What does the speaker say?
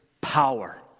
Power